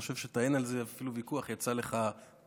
אני חושב ש"אין על זה אפילו ויכוח" יצא לך טבעי,